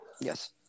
Yes